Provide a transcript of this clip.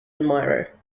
admirer